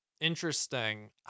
Interesting